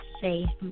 say